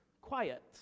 quiet